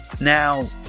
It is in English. Now